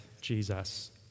Jesus